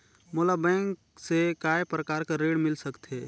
मोला बैंक से काय प्रकार कर ऋण मिल सकथे?